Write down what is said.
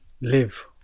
live